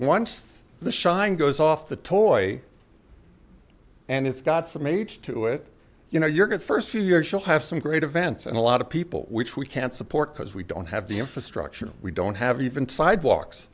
once the shine goes off the toy and it's got some age to it you know you're going first few years you'll have some great events and a lot of people which we can't support because we don't have the infrastructure we don't have even sidewalks